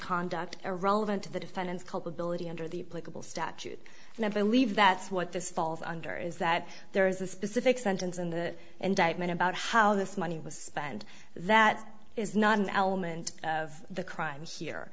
conduct irrelevant to the defendant's culpability under the political statute and i believe that's what this falls under is that there is a specific sentence in the indictment about how this money was spent that is not an element of the crime